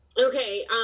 Okay